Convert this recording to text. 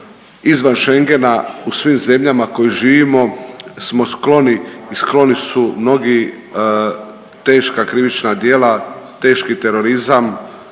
izvan Schengena u svim zemljama u kojima živimo smo skloni i skloni su mnogi teška krivična djela, teški terorizam,